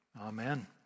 Amen